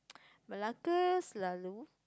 Malacca selalu